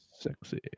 Sexy